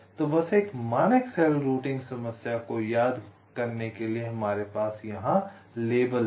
तो बस एक मानक सेल रूटिंग समस्या को याद करने के लिए हमारे पास यहाँ लेबल है